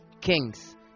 Kings